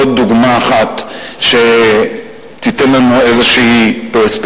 עוד דוגמה אחת שתיתן לנו איזו פרספקטיבה: